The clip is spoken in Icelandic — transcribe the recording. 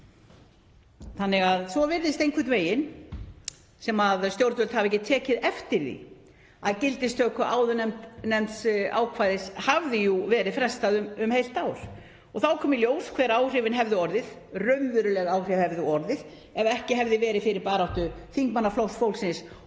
fjöllum. Svo virðist einhvern veginn sem stjórnvöld hafi ekki tekið eftir því að gildistöku áðurnefnds ákvæðis hafði jú verið frestað um heilt ár og þá kom í ljós hver raunveruleg áhrif hefðu orðið ef ekki hefði verið fyrir baráttu þingmanna Flokks fólksins og